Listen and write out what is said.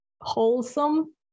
wholesome